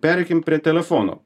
pereikim prie telefono